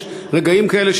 יש רגעים כאלה,